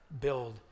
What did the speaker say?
build